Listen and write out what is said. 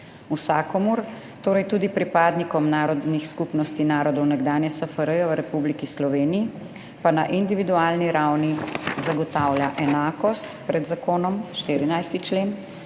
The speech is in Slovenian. Vsakomur, torej tudi pripadnikom narodnih skupnosti narodov nekdanje SFRJ v Republiki Sloveniji, pa na individualni ravni zagotavlja enakost pred zakonom (14. člen),